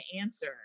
answer